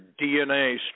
DNA